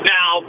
Now